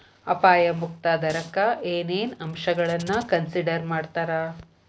ಅಪಾಯ ಮುಕ್ತ ದರಕ್ಕ ಏನೇನ್ ಅಂಶಗಳನ್ನ ಕನ್ಸಿಡರ್ ಮಾಡ್ತಾರಾ